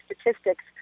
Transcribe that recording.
statistics